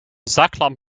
zaklamp